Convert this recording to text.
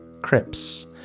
Crips